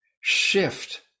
shift